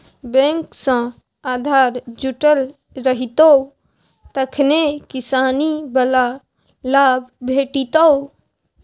bank सँ आधार जुटल रहितौ तखने किसानी बला लाभ भेटितौ